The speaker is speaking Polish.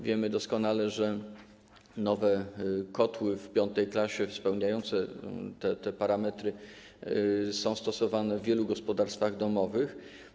Wiemy doskonale, że nowe kotły piątej klasy spełniające te parametry są stosowane w wielu gospodarstwach domowych.